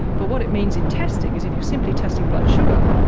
but what it means in testing is if you are simply testing blood sugar,